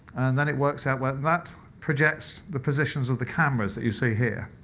and then it works out where that projects the positions of the cameras that you see here.